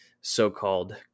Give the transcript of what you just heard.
so-called